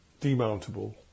demountable